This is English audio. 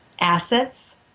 assets